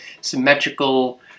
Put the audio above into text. symmetrical